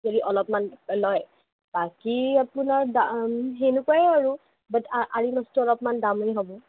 যদি অলপমান লয় বাকী আপোনাৰ দাম সেনেকুৱাৱেই আৰু বাট আৰি মাছটো অলপমান দামেই হ'ব